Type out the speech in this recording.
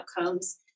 outcomes